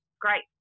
great